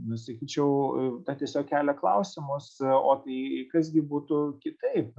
nu sakyčiau tiesiog kelia klausimus o tai kas gi būtų kitaip